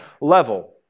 level